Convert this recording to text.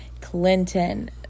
Clinton